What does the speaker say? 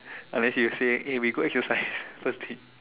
unless you say eh we go exercise first date